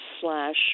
slash